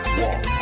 walk